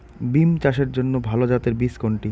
বিম চাষের জন্য ভালো জাতের বীজ কোনটি?